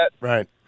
Right